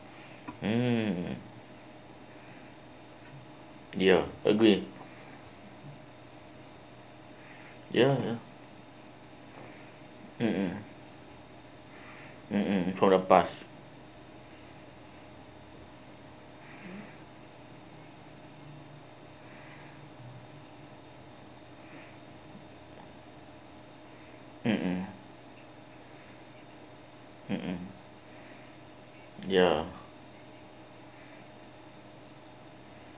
mm ya agree ya mmhmm mmhmm for the past mmhmm mmhmm ya